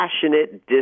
passionate